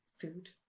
food